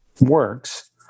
works